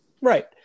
Right